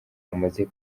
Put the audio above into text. amaze